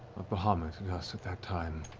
of bahamut with us at that time.